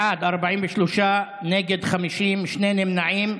בעד, 43, נגד, 50, שני נמנעים.